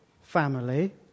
family